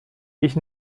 ich